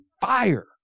fire